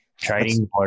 training